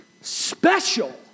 special